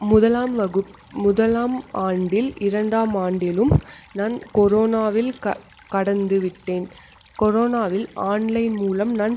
முதலாம் முதலாம் ஆண்டில் இரண்டாம் ஆண்டிலும் நான் கொரோனாவில் கடந்துவிட்டேன் கொரோனாவில் ஆன்லைன் மூலம் நான்